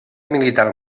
militar